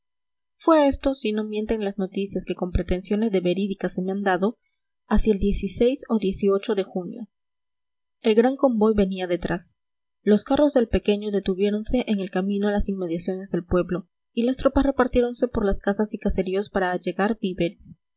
fue esto si no mienten las noticias que con pretensiones de verídicas se me han dado hacia el ó de junio el gran convoy venía detrás los carros del pequeño detuviéronse en el camino a las inmediaciones del pueblo y las tropas repartiéronse por las casas y caseríos para allegar víveres